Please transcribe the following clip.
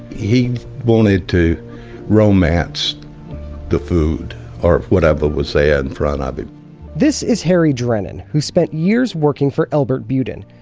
he wanted to romance the food or whatever was there in front of him this is harry drennan who spent years working for elbert budin.